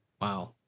Wow